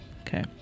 okay